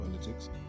politics